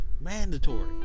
Mandatory